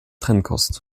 trennkost